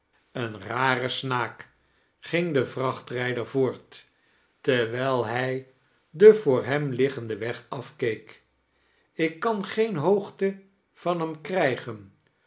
een rare snaak ging de vrachtrijder voort terwijl hij den voor hem liggenden weg afkeek ik kan geen hoogte van hem krijgen